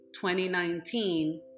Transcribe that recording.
2019